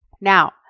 Now